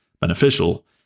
beneficial